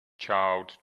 child